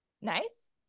Nice